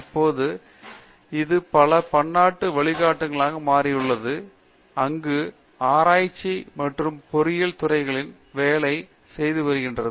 இப்போது இது பல பன்னாட்டு வழிகாட்டல்களாக மாறியது அங்கு ஆராய்ச்சி மற்றும் பொறியியல் துறைகளில் வேலை செய்து வருகிறது